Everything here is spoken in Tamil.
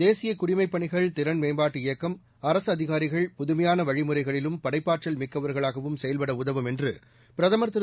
தேசிய குடிமைப் பணிகள் திறன் மேம்பாட்டு இயக்கம் அரசு அதிகாரிகள் புதுமையான வழிமுறைகளிலும் படைப்பாற்றல் மிக்கவர்களாகவும் செயல்பட உதவும் என்று பிரதமர் திரு